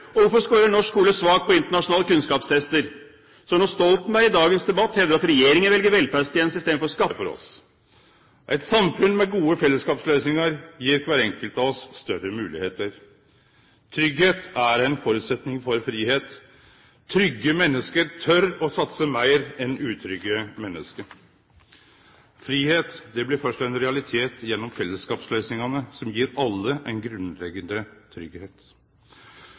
solidaritet. Derfor må me løyse utfordringane saman – ikkje kvar for oss. Eit samfunn med gode fellesskapsløysingar gir kvar enkelt av oss større moglegheiter. Tryggleik er ein føresetnad for fridom. Tryggje menneske tør å satse meir enn utryggje menneske. Fridom blir først ein realitet gjennom fellesskapsløysingane, som gir alle ein